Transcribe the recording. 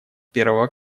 первого